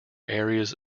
areas